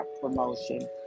promotion